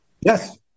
Yes